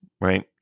right